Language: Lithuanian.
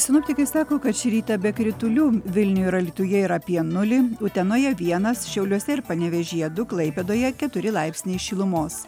sinoptikai sako kad šį rytą be kritulių vilniuje ir alytuje yra apie nulį utenoje vienas šiauliuose ir panevėžyje du klaipėdoje keturi laipsniai šilumos